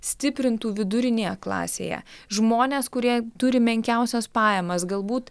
stiprintų vidurinėje klasėje žmonės kurie turi menkiausias pajamas galbūt